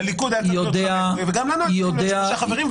לליכוד היה צריך להיות --- וגם לנו היו צריכים להיות שלושה חברים,